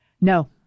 No